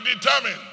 determined